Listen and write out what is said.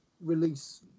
release